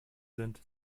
sind